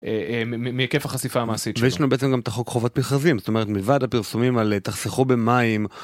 מהיקף החשיפה המעשית. וישנו בעצם גם את חוק חובת מכרזים זאת אומרת מלבד הפרסומים על תחסכו במים.